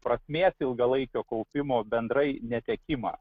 prasmės ilgalaikio kaupimo bendrai netekimą